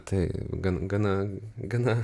tai gan gana gana